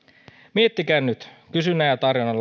miettikää nyt kysynnän ja tarjonnan